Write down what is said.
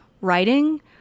writing